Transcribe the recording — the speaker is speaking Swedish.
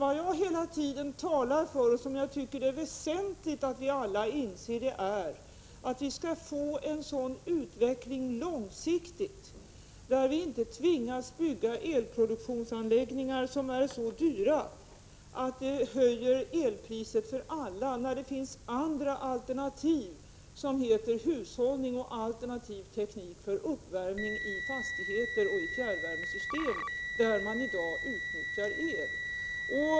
Vad jag hela tiden talar för och tycker att det är väsentligt att vi alla inser, är att utvecklingen långsiktigt blir sådan att man inte tvingas bygga elproduktionsanläggningar som är så dyra att elpriset höjs för alla. Det finns ju något som heter hushållning, och det finns alternativ teknik för uppvärmning i fastigheter och fjärrvärmesystem, där man i dag utnyttjar el.